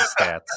stats